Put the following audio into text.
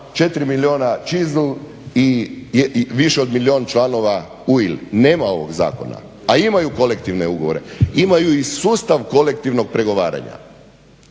4 milijuna chisel i više od milijun članova u UIO. Nema ovog zakona, a imaju kolektivne ugovore, imaju i sustav kolektivnog pregovaranja.